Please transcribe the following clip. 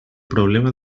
problema